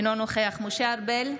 אינו נוכח משה ארבל,